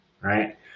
right